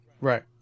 Right